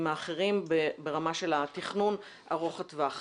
האחרים ברמה של התכנון ארוך הטווח.